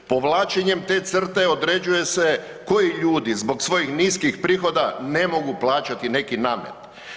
Povlačenjem te crte određuje se koji ljudi zbog svojih niskih prihoda ne mogu plaćati neki namet.